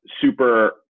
super